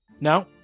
No